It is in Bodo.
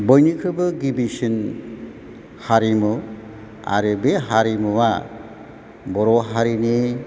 बयनिख्रुइबो गिबिसिन हारिमु आरो बे हारिमुवा बर' हारिनि